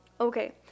Okay